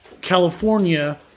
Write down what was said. California